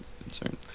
concern